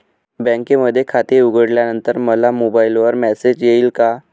बँकेमध्ये खाते उघडल्यानंतर मला मोबाईलवर मेसेज येईल का?